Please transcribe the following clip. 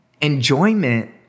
Enjoyment